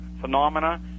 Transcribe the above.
phenomena